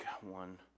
one